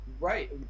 right